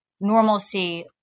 normalcy